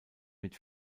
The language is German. mit